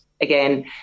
again